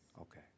Okay